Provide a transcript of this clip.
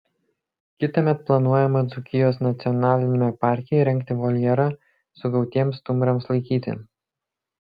kitąmet planuojama dzūkijos nacionaliniame parke įrengti voljerą sugautiems stumbrams laikyti